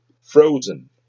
Frozen